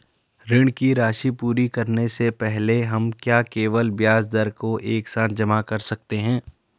ऋण की राशि पूरी करने से पहले हम क्या केवल ब्याज दर को एक साथ जमा कर सकते हैं?